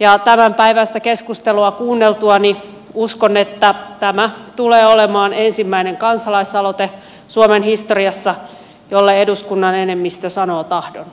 ja tämänpäiväistä keskustelua kuunneltuani uskon että tämä tulee olemaan ensimmäinen kansalaisaloite suomen historiassa jolle eduskunnan enemmistö sanoo tahdon